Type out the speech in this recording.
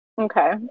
Okay